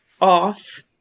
off